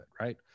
right